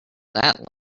that